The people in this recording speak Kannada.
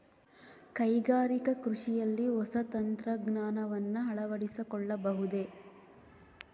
ಕೈಗಾರಿಕಾ ಕೃಷಿಯಲ್ಲಿ ಹೊಸ ತಂತ್ರಜ್ಞಾನವನ್ನ ಅಳವಡಿಸಿಕೊಳ್ಳಬಹುದೇ?